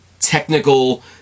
technical